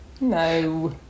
no